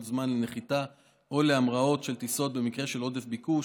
זמן לנחיתות או להמראות של טיסות במקרה של עודף ביקוש.